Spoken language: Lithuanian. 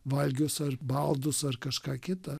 valgius ar baldus ar kažką kita